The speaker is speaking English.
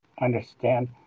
understand